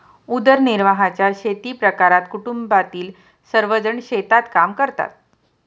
उदरनिर्वाहाच्या शेतीप्रकारात कुटुंबातील सर्वजण शेतात काम करतात